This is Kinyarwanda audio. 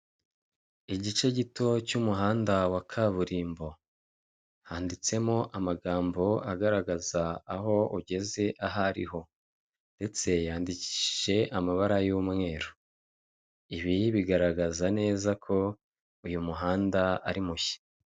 Igice gito cy'umuhanda wa kaburimbo, handitsemo amagambo agaragaza aho ugeze ahariho, ndetse yandishije amabara y'umweru, ibiyi bigaragaza neza ko uyu muhanda ari mushya.